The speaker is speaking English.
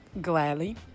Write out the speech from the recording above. gladly